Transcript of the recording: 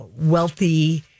wealthy